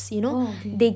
oh okay